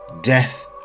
death